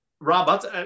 rob